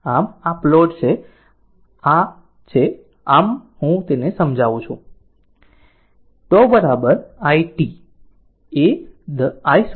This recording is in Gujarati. આમ આ પ્લોટ છે આમ આ છે આ હું સમજાવું છું τ આમ i t I0 e ને પાવર t τ